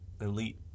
Elite